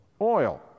oil